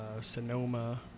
Sonoma